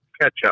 ketchup